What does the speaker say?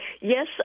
Yes